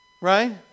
right